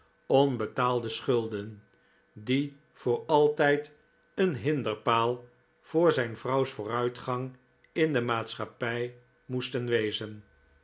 onbetaalde schulden die voor altijd een hinderpaal voor zijn vrouws vooruitgang in de maatschappij moesten wezen